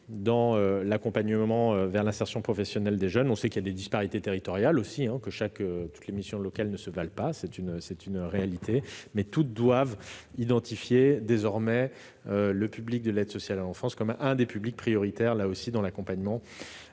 dans l'accompagnement vers l'insertion professionnelle des jeunes. Nous savons que des disparités nationales existent, et que toutes les missions locales ne se valent pas. C'est une réalité. Mais toutes doivent désormais identifier le public de l'aide sociale à l'enfance comme l'un des publics prioritaires dans l'accompagnement